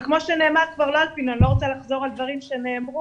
וכמו שנאמר, אני לא רוצה לחזור על דברים שנאמרו,